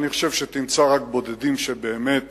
תמצא רק בודדים שבאמת